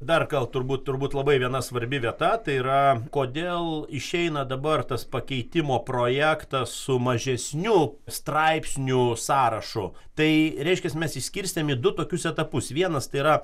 dar gal turbūt turbūt labai viena svarbi vieta tai yra kodėl išeina dabar tas pakeitimo projektas su mažesniu straipsnių sąrašu tai reiškias mes išskirstėm du tokius etapus vienas tai yra